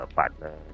partner